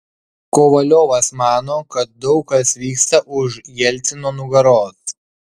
kovaliovas mano kad daug kas vyksta už jelcino nugaros